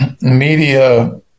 media